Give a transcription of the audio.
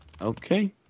Okay